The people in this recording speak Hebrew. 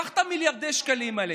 קח את מיליארדי השקלים האלה,